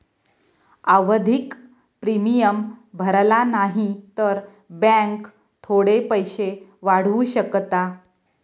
आवधिक प्रिमियम भरला न्हाई तर बॅन्क थोडे पैशे वाढवू शकता